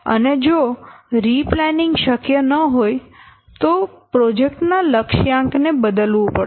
અને જો રિપ્લેનિંગ શક્ય ન હોય તો પ્રોજેક્ટ ના લક્ષ્યાંક ને બદલવું પડશે